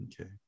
Okay